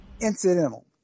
incidental